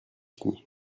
fini